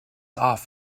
off